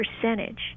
percentage